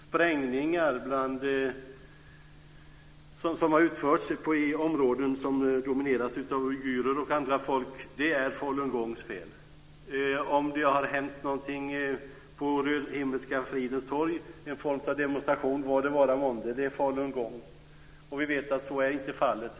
Sprängningar som har utförts i områden som domineras av uigurer och andra folk är falungongs fel. Om det har hänt någonting på Himmelska fridens torg, någon form av demonstration eller vad det vara månde, är det falungong. Vi vet att så inte är fallet.